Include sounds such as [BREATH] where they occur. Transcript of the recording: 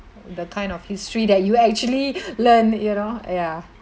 the kind of history that you actually [BREATH] learn you know ya